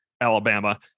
Alabama